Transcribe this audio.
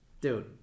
dude